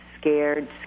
scared